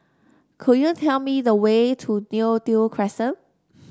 could you tell me the way to Neo Tiew Crescent